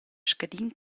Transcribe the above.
scadin